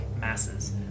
masses